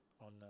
on